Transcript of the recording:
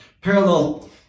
parallel